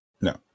No